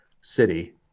city